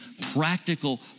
practical